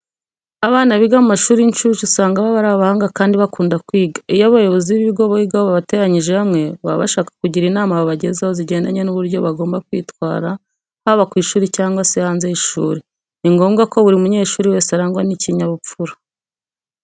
Abana biga mu mashuri y'incuke usanga baba ari abahanga kandi bakunda kwiga. Iyo abayobozi b'ibigo bigaho babateranyirije hanwe baba bashaka kugira inama babagezaho zijyendanye n'uburyo bagomba kwitwara haba ku ishuri cyangwa se haze y'ishuri. Ni ngombwa ko buri munyeshuri wese arangwa n'ikinyabupfura.